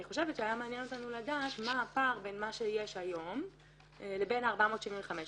היה מעניין אותנו לדעת מה הפער בין מה שיש היום ובין 475 השקלים,